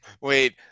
wait